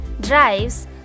drives